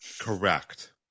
Correct